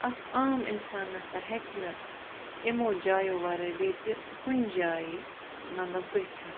اکھ عام اِنسان نَسا ہیٚکہِ نہٕ یِمو جایو وَرٲے بیٚیہِ تہِ کُنہِ جایہِ مَطلَب گٔژھِتھ